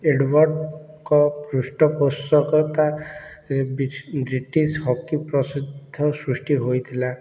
ଏଡୱର୍ଡ଼ଙ୍କ ପୃଷ୍ଠପୋଷକତା British hockey ପ୍ରସିଦ୍ଧ ସୃଷ୍ଟି ହୋଇଥିଲା